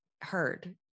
heard